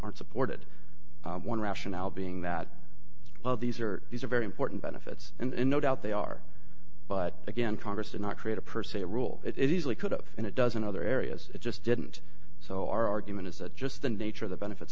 aren't supported one rationale being that well these are these are very important benefits and no doubt they are but again congress did not create a per se rule it easily could have been a dozen other areas it just didn't so our argument is that just the nature of the benefits